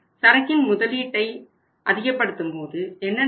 சரக்கில் முதலீட்டை அதிகப்படுத்தும் போது என்ன நடக்கும்